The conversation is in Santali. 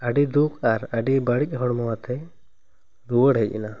ᱟᱹᱰᱤ ᱫᱩᱠ ᱟᱨ ᱟᱹᱰᱤ ᱵᱟᱹᱲᱤᱡ ᱦᱚᱲᱢᱚ ᱟᱛᱮᱜ ᱨᱩᱣᱟᱹᱲ ᱦᱮᱡ ᱮᱱᱟ